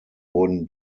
wurden